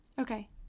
okay